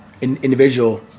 individual